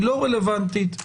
היא לא רלוונטית לנצרת,